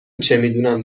چمیدونم